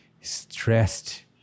stressed